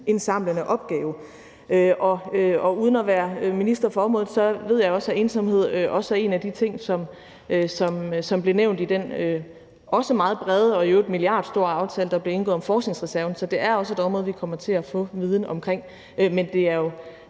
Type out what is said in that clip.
videnindsamlende funktion, og uden at være minister for området ved jeg, at ensomhed også er en af de ting, som blev nævnt i den også meget brede – og i øvrigt milliardstore – aftale, der blev indgået om forskningsreserven. Så det er også et område, vi kommer til at få viden om. Men det er jo